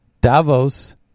Davos